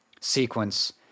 sequence